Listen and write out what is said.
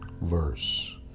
verse